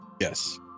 yes